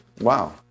Wow